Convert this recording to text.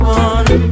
one